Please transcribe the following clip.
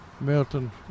Milton